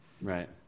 Right